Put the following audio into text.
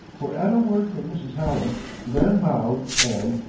for at a word from mrs. hallam the man bowed and,